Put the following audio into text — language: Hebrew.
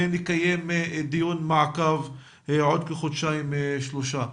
ונקיים דיון מעקב עוד כחודשיים-שלושה.